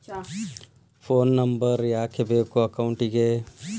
Phone number ಯಾಕೆ ಬೇಕು ಅಕೌಂಟಿಗೆ?